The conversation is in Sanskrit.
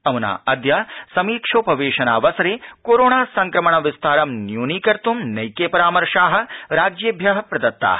अमुना अद्य समीक्षोपवेशनावसरे कोरोना संक्रमणविस्तारम् न्यूनीकर्तुं नैके परामर्शा राज्येभ्य प्रदत्ता